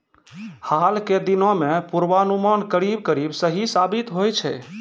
हाल के दिनों मॅ पुर्वानुमान करीब करीब सही साबित होय छै